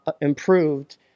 improved